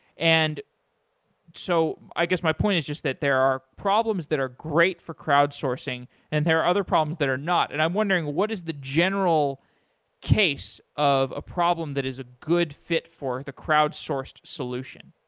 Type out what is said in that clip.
and so i guess my point is just that there are problems that are great for crowd-sourcing and there are other problems that are not, and i'm wondering what is the general case of a problem that is a good fit for the crowd-sourced solution?